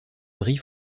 brie